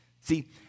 See